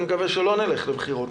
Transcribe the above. אני מקווה שלא נלך לבחירות,